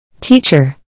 Teacher